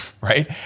Right